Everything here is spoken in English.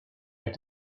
like